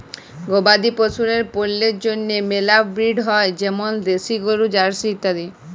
গবাদি পশুদের পল্যের জন্হে মেলা ব্রিড হ্য় যেমল দেশি গরু, জার্সি ইত্যাদি